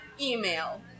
email